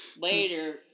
later